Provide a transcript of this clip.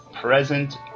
present